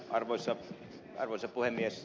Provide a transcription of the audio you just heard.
arvoisa puhemies